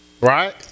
right